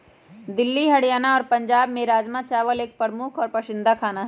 दिल्ली हरियाणा और पंजाब में राजमा चावल एक प्रमुख और पसंदीदा खाना हई